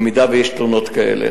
אם יש תלונות כאלה.